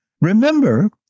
Remember